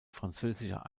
französischer